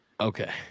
Okay